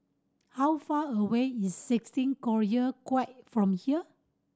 how far away is sixteen Collyer Quay from here